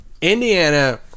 Indiana